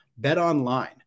BetOnline